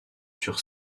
sur